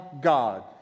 God